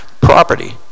property